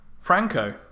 Franco